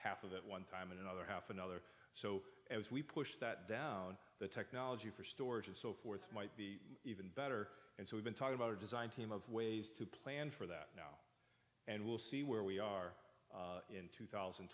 half of that one time and another half another so as we push that down the technology for storage and so forth might be even better and so we've been talking about a design team of ways to plan for that now and we'll see where we are in two thousand